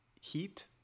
heat